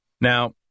Now